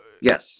Yes